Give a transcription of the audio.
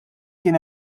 kien